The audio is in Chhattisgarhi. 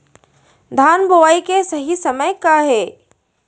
धान बोआई के सही समय का हे?